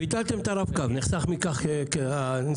ביטלתם את הרב-קו, נחסך מכך הערך